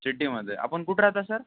सिटीमध्ये आपण कुठं राहता सर